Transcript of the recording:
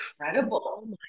incredible